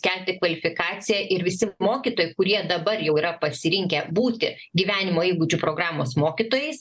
kelti kvalifikaciją ir visi mokytojai kurie dabar jau yra pasirinkę būti gyvenimo įgūdžių programos mokytojais